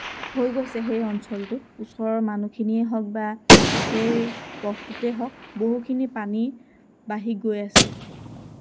হৈ গৈছে সেই অঞ্চলটোত ওচৰৰ মানুহখিনিয়ে হওক বা সেই পথটোতে হওক বহুখিনি পানী বাঢ়ি গৈ আছে